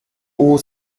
pour